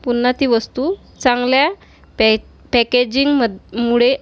पुन्हा ती वस्तू चांगल्या पॅ पॅकेजिंगमद् मुळे